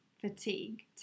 fatigue